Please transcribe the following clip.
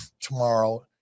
tomorrow